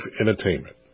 Entertainment